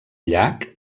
llac